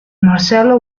marcello